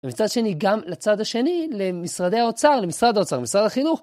ומצד שני, גם לצד השני, למשרדי האוצר, למשרד האוצר, משרד החינוך.